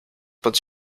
pod